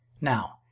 Now